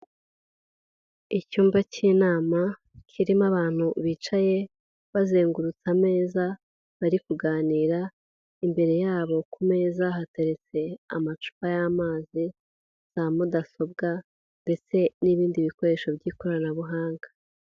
Icyumba cy'inama kirimo abantu bicaye bazengurutse ameza bari kuganira, imbere yabo ku meza hateretse amacupa y'amazi, za mudasobwa ndetse n'ibindi bikoresho by'ikoranabuhanga.